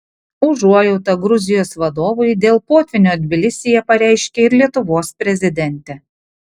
užuojautą gruzijos vadovui dėl potvynio tbilisyje pareiškė ir lietuvos prezidentė